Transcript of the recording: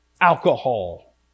alcohol